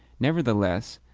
nevertheless,